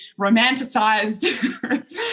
romanticized